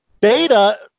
beta